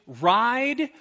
ride